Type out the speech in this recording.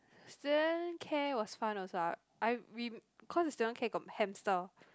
student care was fun also I I we cause the student care got hamster